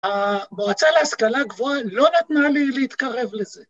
‫המועצה להשכלה גבוהה ‫לא נתנה לי להתקרב לזה.